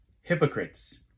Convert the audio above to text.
hypocrites